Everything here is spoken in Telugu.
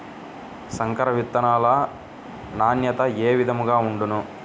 సంకర విత్తనాల నాణ్యత ఏ విధముగా ఉండును?